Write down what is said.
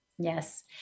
Yes